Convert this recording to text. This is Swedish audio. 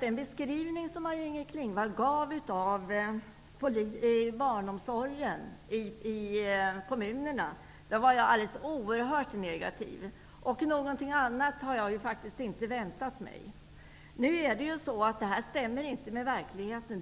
Den beskrivning som Maj-Inger Klingvall gav av barnomsorgen i kommunerna var oerhört negativ. Något annat hade jag inte heller väntat mig. Men detta stämmer inte med verkligheten.